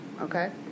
Okay